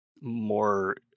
more